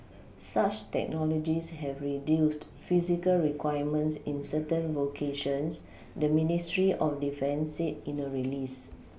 such technologies have reduced physical requirements in certain vocations the ministry of defence said in a release